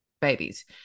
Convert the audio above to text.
babies